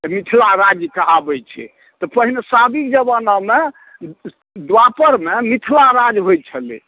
मिथिला राज्य कहाबैत छै तऽ पहिने साबिक जबानामे द्वापरमे मिथिला राज्य होयत छलै